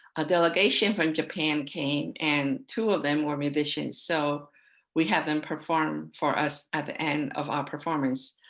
a delegation from japan came and two of them were musicians. so we have them perform for us at the end of our performance.